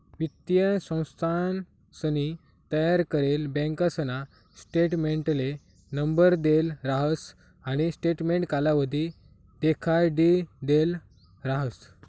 वित्तीय संस्थानसनी तयार करेल बँकासना स्टेटमेंटले नंबर देल राहस आणि स्टेटमेंट कालावधी देखाडिदेल राहस